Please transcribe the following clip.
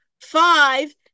five